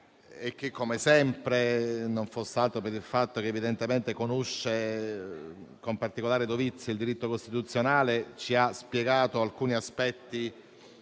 come sempre, non foss'altro per il fatto che conosce con particolare dovizia il diritto costituzionale, ci ha spiegato alcuni aspetti che